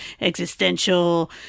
existential